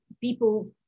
people